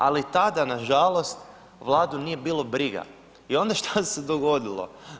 Ali tada nažalost Vladu nije bilo briga i onda šta se dogodilo?